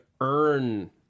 earn